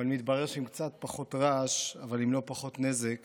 ומתברר שעם קצת פחות רעש אבל עם לא פחות נזק